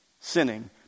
sinning